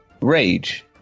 Rage